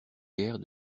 guère